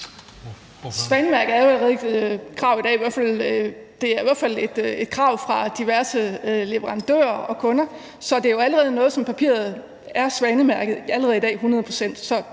Svanemærket er jo allerede et krav i dag – det er i hvert fald et krav fra diverse leverandører og kunder. Papiret er allerede i dag svanemærket 100 pct.,